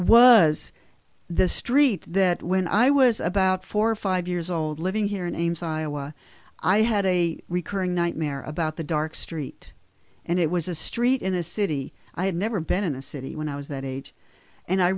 was the street that when i was about four or five years old living here in ames iowa i had a recurring nightmare about the dark street and it was a street in a city i had never been in a city when i was that age and i